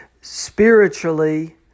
spiritually